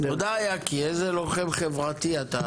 תודה יקי, איזה לוחם חברתי אתה.